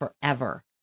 forever